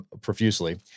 profusely